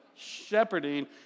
shepherding